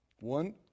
One